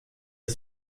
est